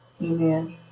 Amen